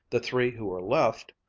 the three who were left,